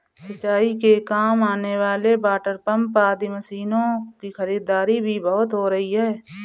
सिंचाई के काम आने वाले वाटरपम्प आदि मशीनों की खरीदारी भी बहुत हो रही है